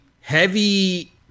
heavy